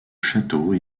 château